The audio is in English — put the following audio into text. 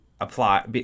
Apply